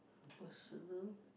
personal